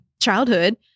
childhood